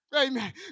Amen